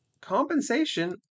compensation